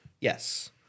Yes